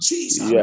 Jesus